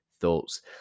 thoughts